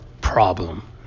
problem